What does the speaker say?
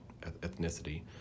ethnicity